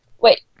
Wait